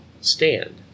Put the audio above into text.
stand